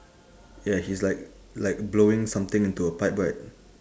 yeah he's like like blowing something into a pipe right